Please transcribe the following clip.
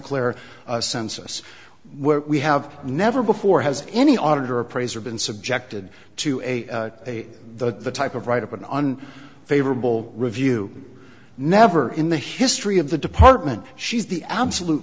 clara census where we have never before has any auditor appraiser been subjected to the type of write up an on favorable review never in the history of the department she's the absolute